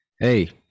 Hey